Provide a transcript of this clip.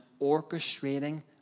orchestrating